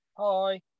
Hi